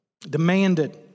demanded